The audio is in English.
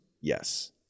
Yes